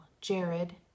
Jared